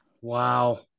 wow